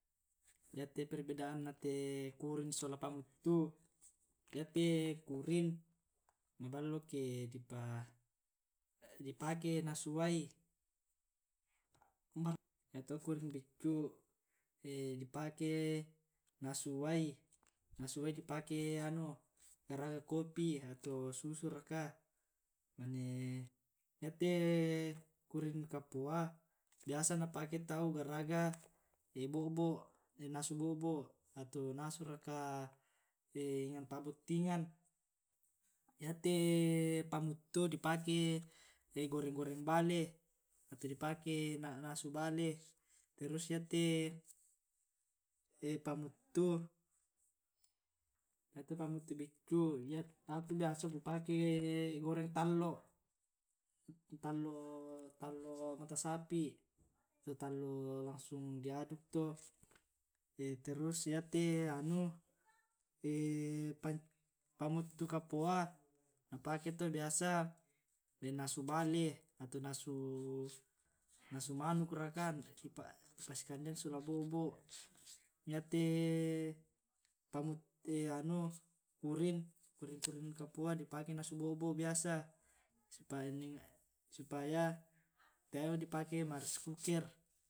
yate perbedaan na te kuring sola pammuttu, yate kuring maballo ke di pake nasu wai, yato kuring beccu dipake nasu wai di pake garaga kopi atau susu raka, mane yate kuring kapoa biasa napake tau garaga bo'bo' nasu bo'bo' atau nasu raka enang pa' bottingan, yate pammuttu dipake goreng-goreng bale ato di pake ma' nasu bale, terus yate pammuttu, yato pammuttu beccu aku biasa kupake goreng tallo', tallo' mata sapi atau tallo' langsung di aduk to, terus yate anu pammuttu kapoa napake tau biasa mannasu bale ato nasu-nasu manuk raka di pasikandean sola bo'bo', yate kuring- kuring kapoa di pake nasu bo'bo' biasa supaya tae'mo di pake ma' reskuker.